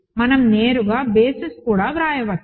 మనం నేరుగా బేసిస్ కూడా వ్రాయవచ్చు